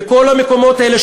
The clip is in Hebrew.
וכל המקומות האלה,